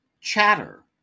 Chatter